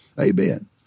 Amen